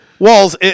Walls